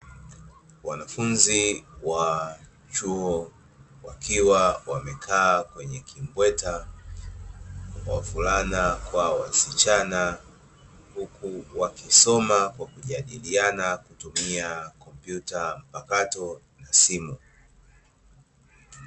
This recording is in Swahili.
Wanafunzi wa chuo wakiwa wamekaa kwenye kimbweta, wavulana kwa wasichana huku wakisoma kwa kujadiliana kutumia komyuta mpakato na simu.